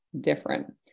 different